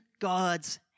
God's